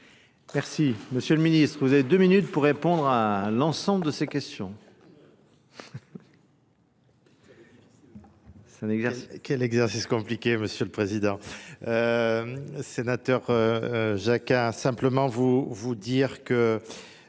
Merci Monsieur le Ministre. Vous avez deux minutes pour répondre à l'ensemble de ces questions. Quel exercice compliqué, M. le Président. Sénateur Jacquin, simplement vous dire que